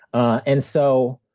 and so,